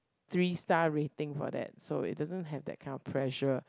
three star rating for that so it doesn't have that kind of pressure